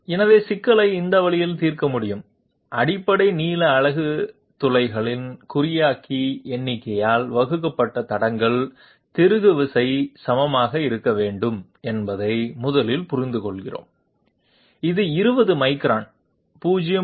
எனவே சிக்கலை இந்த வழியில் தீர்க்க முடியும் அடிப்படை நீள அலகு துளைகளின் குறியாக்கி எண்ணிக்கையால் வகுக்கப்பட்ட தடங்கள் திருகு விசை சமமாக இருக்க வேண்டும் என்பதை முதலில் புரிந்துகொள்கிறோம் இது 20 மைக்ரான் 0